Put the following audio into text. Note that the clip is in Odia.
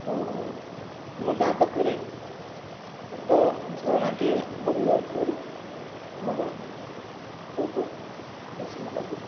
ଆଉ ଆମ ଗାଁ ପାଖରେ ଛୋଟ ଝରଣାଟିଏ ବୋହି ଯାଉଥିବାରୁ ଆମ ଗାଁ ମୋତେ ବହୁତ ପସନ୍ଦ ଲାଗେ